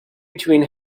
between